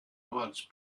words